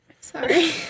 Sorry